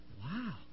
Wow